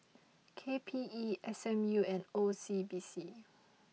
K P E S M U and O C B C